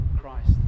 Christ